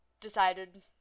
decided